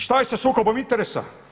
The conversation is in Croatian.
Šta je sa sukobom interesa?